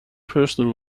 personal